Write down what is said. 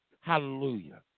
Hallelujah